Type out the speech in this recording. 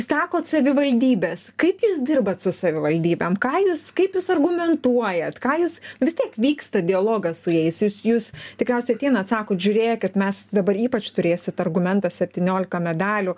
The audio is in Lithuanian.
sakot savivaldybės kaip jūs dirbat su savivaldybėm ką jūs kaip jūs argumentuojat ką jūs vis tiek vyksta dialogas su jais jūs jūs tikriausiai ateinat sakot žiūrėkit mes dabar ypač turėsit argumentą septyniolika medalių